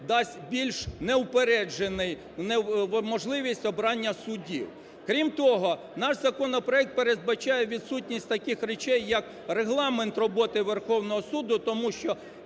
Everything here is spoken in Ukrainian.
дасть більш неупереджений... можливість обрання судді. Крім того, наш законопроект передбачає відсутність таких речей як регламент роботи Верховного Суду, тому що